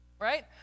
right